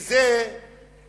כי זה חופש